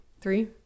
three